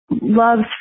loves